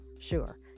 sure